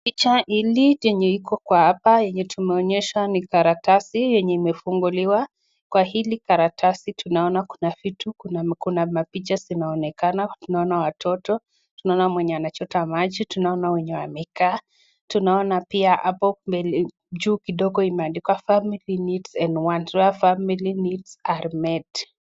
picha hili lenye iko kwa hapa yenye tumeonyeshwa ni karatasi yenye imefunguliwa. Kwa hili karatasi tunaona kuna vitu kuna mapicha zinaonekana. Tunaona watoto, tunaona mwenye anachota maji, tunaona wenye wamekaa. Tunaona pia hapo mbele juu kidogo imeandikwa Family needs and wants. were family needs are meet .